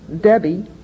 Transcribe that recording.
Debbie